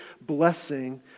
blessing